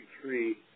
three